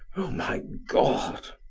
oh, my god!